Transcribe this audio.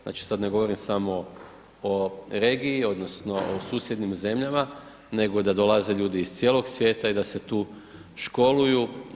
Znači sa ne govorim samo o regiji odnosno o susjednim zemljama nego da dolaze ljudi iz cijelog svijeta i da se tu školuju.